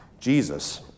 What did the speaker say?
Jesus